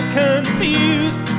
confused